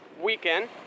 weekend